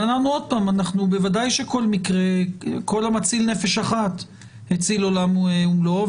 כל המציל נפש אחת הציל עולם ומלואו